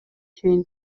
чейин